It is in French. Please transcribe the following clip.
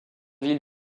ville